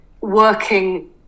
working